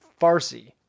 Farsi